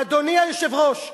אדוני היושב-ראש,